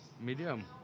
Medium